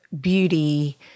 beauty